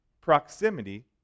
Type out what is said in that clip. proximity